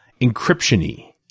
encryption-y